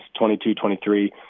22-23